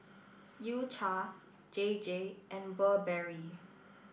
U Cha J J and Burberry